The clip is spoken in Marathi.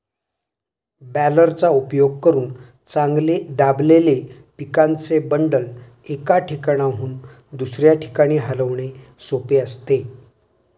बॅलरचा उपयोग करून चांगले दाबलेले पिकाचे बंडल, एका ठिकाणाहून दुसऱ्या ठिकाणी हलविणे सोपे असते